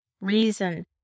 reason